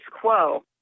quo